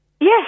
Yes